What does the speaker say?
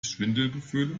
schwindelgefühle